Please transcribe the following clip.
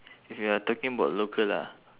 if you're talking about local ah